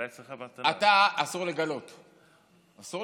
אולי אצלך, אסור לגלות ערווה.